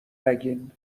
نگین